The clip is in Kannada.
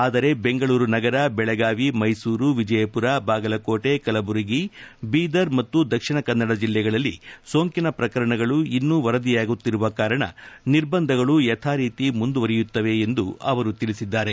ಆದರೆ ಬೆಂಗಳೂರುನಗರ ಬೆಳಗಾವಿ ಮೈಸೂರು ವಿಜಯಪುರ ಬಾಗಲಕೋಟೆ ಕಲಬುರಗಿ ಬೀದರ್ ಮತ್ತು ದಕ್ಷಿಣ ಕನ್ನಡ ಜಿಲ್ಲೆಗಳಲ್ಲಿ ಸೋಂಕಿನ ಪ್ರಕರಣಗಳು ಇನ್ನೂ ವರದಿಯಾಗುತ್ತಿರುವ ಕಾರಣ ನಿರ್ಬಂಧಗಳು ಯಥಾರೀತಿ ಮುಂದುವರಿಯುತ್ತವೆ ಎಂದು ಅವರು ತಿಳಿಸಿದ್ದಾರೆ